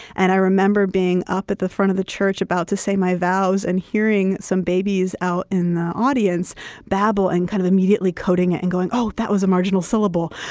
and i remember being up at the front of the church about to say my vows and hearing some babies out in the audience babble and kind of immediately coding it and going oh, that was a marginal syllable.